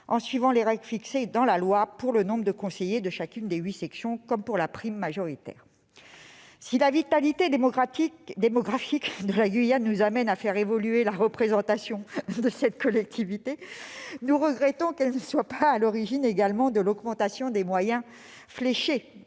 en suivant les règles fixées dans la loi, pour le nombre de conseillers de chacune des huit sections comme pour la prime majoritaire. Si la vitalité démographique de la Guyane nous amène à faire évoluer la représentation de cette collectivité, nous regrettons qu'elle ne soit pas également à l'origine de l'augmentation des moyens fléchés